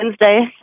Wednesday